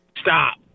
stop